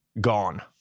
Gone